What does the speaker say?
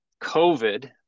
COVID